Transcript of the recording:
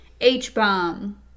H-Bomb